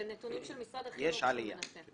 זה נתונים של משרד החינוך שהוא מנתח.